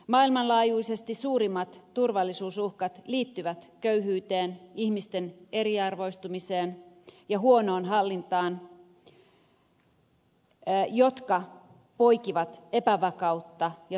maailmanlaajuisesti suurimmat turvallisuusuhkat liittyvät köyhyyteen ihmisten eriarvoistumiseen ja huonoon hallintoon jotka poikivat epävakautta ja turvattomuutta